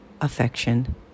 affection